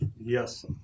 Yes